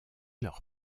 leur